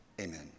Amen